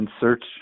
search